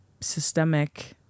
systemic